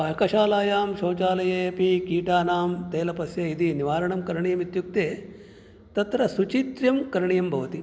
पाकशालायां शौचालये अपि कीटानां तेलपस्य इति निवारणं करणीयम् इत्युक्ते तत्र शुचित्र्यं करणीयं भवति